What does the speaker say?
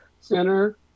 center